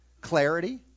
clarity